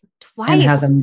Twice